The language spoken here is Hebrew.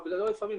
זה לא לפעמים,